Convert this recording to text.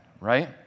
right